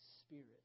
spirit